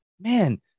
man